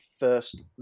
first